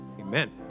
Amen